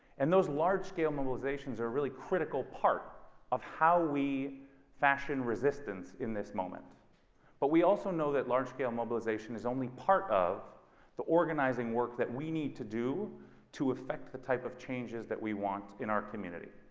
and those large scale mobilizations are really critical part of how we fashion resistance in this moment but we also know that large scale mobilization is only part of the organizing work that we need to do to affect the type of changes that we want in our community.